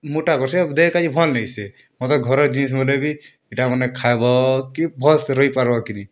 ମୋଟା କର୍ସି ଆରୁ ଦେହ କାଜି ଭଲ୍ ନାଇଁସେ ମାତର୍ ଘରର୍ ଜିନିଷ୍ ମାନେବି ଇଟାମାନେ ଖାଏବ କି ଭଲ୍ସେ ରହିପାର୍ବକି ନି